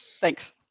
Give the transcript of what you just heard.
thanks